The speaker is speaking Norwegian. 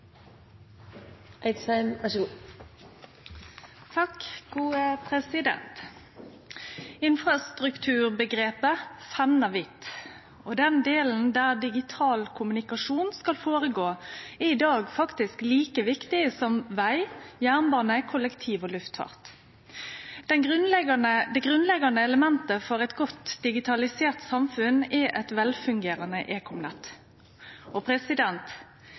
i dag faktisk like viktig som veg, jernbane, kollektiv og luftfart. Det grunnleggjande elementet for eit godt digitalisert samfunn er eit velfungerande ekomnett. Eit tilleggsmoment er at den digitale kommunikasjonen i kombinasjon med teknologien òg vil kunne bidra til framsteg og